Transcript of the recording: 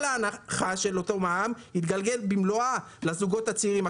כל ההנחה של המע"מ תתגלגל במלואה לזוגות הצעירים.